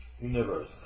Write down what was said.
universe